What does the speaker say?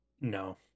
No